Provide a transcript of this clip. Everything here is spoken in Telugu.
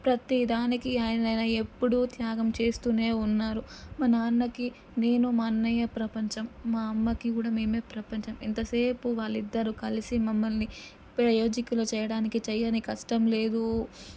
ప్రతీ దానికి ఆయన ఎప్పుడు త్యాగం చేస్తూనే ఉన్నారు మా నాన్నకి నేను మా అన్నయ్య ప్రపంచం మా అమ్మకి కూడా మేమే ప్రపంచం ఎంతసేపు వాళ్ళు ఇద్దరూ కలిసి మమ్మల్ని ప్రయోజకులు చేయడానికి చేయని కష్టం లేదు